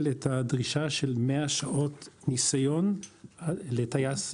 את הדרישה של 100 שעות ניסיון לטייס.